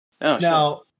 Now